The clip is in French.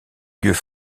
lieux